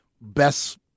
Best